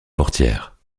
portière